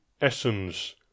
essence